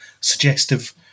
suggestive